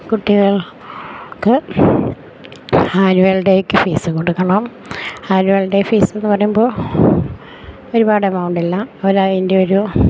കുട്ടികൾക്ക് ആനുവൽ ഡേയ്ക്ക് ഫീസ് കൊടുക്കണം ആനുവൽ ഡേ ഫീസെന്നു പറയുമ്പോള് ഒരുപാട് എമൗണ്ടില്ല ഒരതിന്റെയൊരു